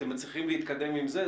אתם מצליחים להתקדם עם זה?